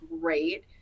great